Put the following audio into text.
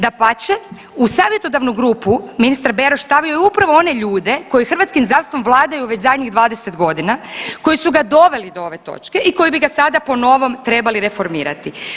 Dapače, u savjetodavnu grupu ministar Beroš stavio je upravo one ljude koji hrvatskim zdravstvom vladaju već zadnjih 20 godina, koji su ga doveli do ove točke i koji bi ga sada po novom trebali reformirati.